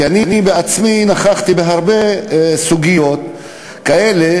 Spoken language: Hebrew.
כי אני עצמי נכחתי בהרבה מצבים כאלה,